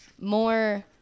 more